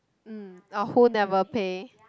mm or who never pay